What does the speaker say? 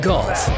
Golf